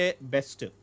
best